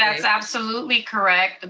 that's absolutely correct,